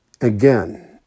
Again